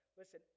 listen